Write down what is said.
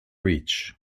reach